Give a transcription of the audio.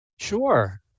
Sure